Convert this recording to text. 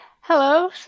hello